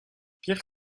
pierre